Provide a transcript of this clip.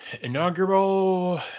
Inaugural